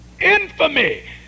infamy